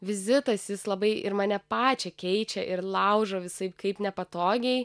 vizitas jis labai ir mane pačią keičia ir laužo visaip kaip nepatogiai